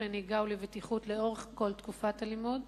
לנהיגה ולבטיחות לאורך כל תקופת הלימוד?